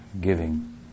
giving